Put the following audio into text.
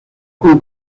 con